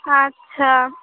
আচ্ছা